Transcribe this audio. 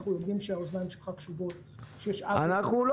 אנחנו יודעים שהאוזניים שלך קשובות --- אנחנו לא